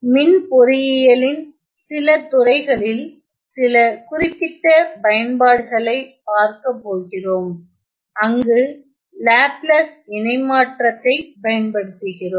மின் பொறியியலின் சில துறைகளில் சில குறிப்பிட்ட பயன்பாடுகளைப் பார்க்கப் போகிறோம் அங்கு லாப்லேஸ் இணைமாற்றத்தைப் பயன்படுத்துகிறோம்